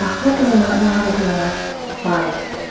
what do we not know how to do in our lives?